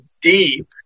deep